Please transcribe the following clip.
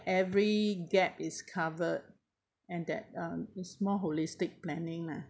every gap is covered and that um a small holistic planning lah